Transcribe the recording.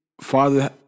Father